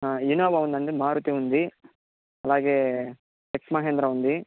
Innova ఉందండి మారుతి ఉంది అలాగే టెక్ మహీంద్ర ఉంది